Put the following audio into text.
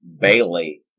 Bailey